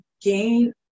gain